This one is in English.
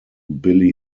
billie